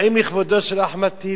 באים לכבודו של אחמד טיבי?